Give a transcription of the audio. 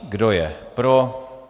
Kdo je pro?